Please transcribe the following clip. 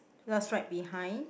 just right behind